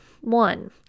one